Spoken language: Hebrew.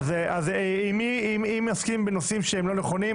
אז אם נסכים בנושאים שהם לא נכונים,